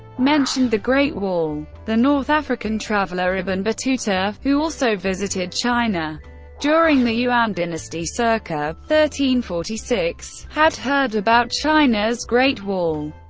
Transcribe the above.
mentioned the great wall. the north african traveler ibn battuta, who also visited china during the yuan dynasty so ca. one forty six, had heard about china's great wall,